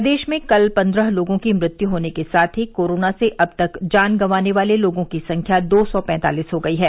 प्रदेश में कल पंद्रह लोगों की मृत्यु होने के साथ ही कोरोना से अब तक जान गंवाने वाले लोगों की संख्या दो सौ पैंतालीस हो गयी है